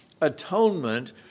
atonement